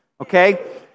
okay